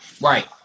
right